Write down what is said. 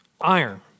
iron